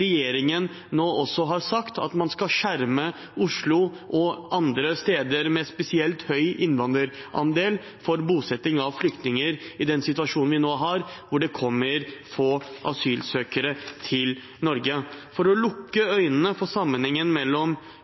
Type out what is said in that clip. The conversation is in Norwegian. regjeringen nå også har sagt at man skal skjerme Oslo – og andre steder med spesielt høy innvandrerandel – for bosetting av flyktninger i den situasjonen vi nå har, hvor det kommer få asylsøkere til Norge. For det å lukke øynene for sammenhengen mellom